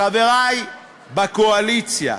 חברי בקואליציה: